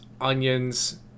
onions